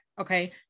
okay